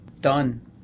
done